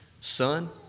son